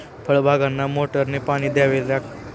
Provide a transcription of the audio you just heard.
फळबागांना मोटारने पाणी द्यावे का?